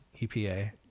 EPA